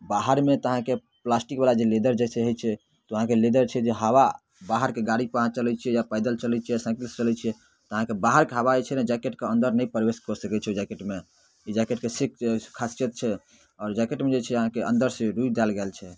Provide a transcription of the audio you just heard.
बाहरमे तऽ अहाँके प्लास्टिकवला जे लेदर जइसे होइ छै तऽ अहाँके लेदर छै जे हवा बाहरके गाड़ीपर अहाँ चलै छिए या पैदल चलै छिए या साइकिलसँ चलै छिए तऽ अहाँके बाहरके हवा जे छै ने जैकेटके अन्दर नहि प्रवेश कऽ सकै छै ओहि जैकेटमे ई जैकेटके खासिअत छै आओर जैकेटमे जे छै अहाँके अन्दरसँ रुइ देल गेल छै